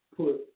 put